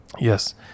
yes